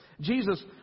Jesus